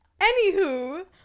anywho